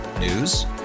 News